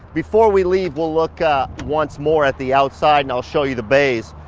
before we leave, we'll look once more at the outside and i'll show you the bays.